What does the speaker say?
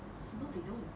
no they don't